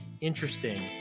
interesting